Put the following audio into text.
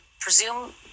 presume